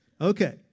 Okay